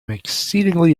exceedingly